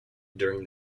during